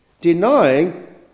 denying